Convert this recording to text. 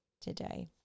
today